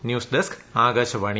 news desk Akashvani